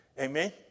Amen